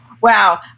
wow